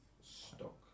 stock